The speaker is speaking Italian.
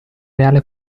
reale